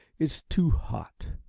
it's too hot.